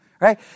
Right